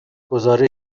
گزارشی